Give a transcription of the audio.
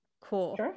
Cool